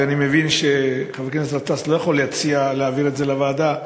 ואני מבין שחבר הכנסת גטאס לא יכול להציע להעביר את זה לוועדה,